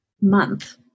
month